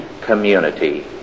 community